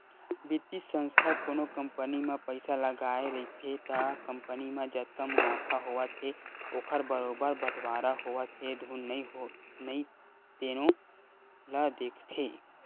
बित्तीय संस्था कोनो कंपनी म पइसा लगाए रहिथे त कंपनी म जतका मुनाफा होवत हे ओखर बरोबर बटवारा होवत हे धुन नइ तेनो ल देखथे